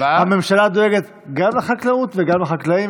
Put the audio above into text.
הממשלה דואגת גם לחקלאות וגם לחקלאים,